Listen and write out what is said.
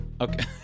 Okay